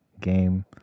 game